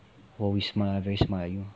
oh very smart ah very smart ah you